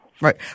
Right